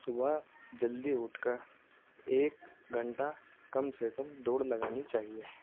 صبح جلدی اٹھ کر ایک گھنٹہ کم سے کم دوڑ لگانی چاہیے